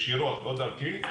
אם ישירות או דרכי,